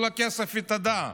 כל הכסף התאדה,